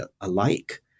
alike